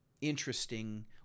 interesting